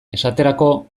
esaterako